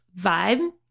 vibe